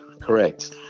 correct